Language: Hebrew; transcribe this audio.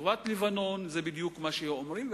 טובת לבנון היא בדיוק מה שאומרים,